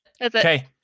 Okay